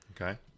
Okay